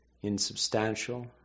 insubstantial